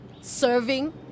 serving